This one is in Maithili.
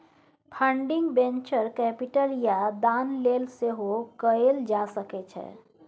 फंडिंग वेंचर कैपिटल या दान लेल सेहो कएल जा सकै छै